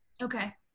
Okay